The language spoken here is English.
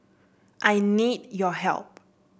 I need your help